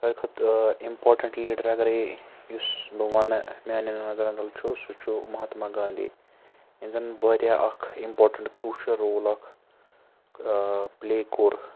ساروٕے کھۄتہٕ ٲں اِمپارٹیٚنٹ لیٖڈَر اگَرٔے یُس بہٕ وَنہٕ میٛانیٚن نَظرَن تل چھُ سُہ چھُ مہاتما گانٛدھی یِیٚمۍ زَن واریاہ اَکھ اِمپارٹیٚنٹ کرٛیٛوٗشَل رول اَکھ ٲں پٕلے کوٚر